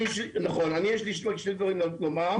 יש לי שני דברים לומר.